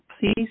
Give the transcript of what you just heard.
please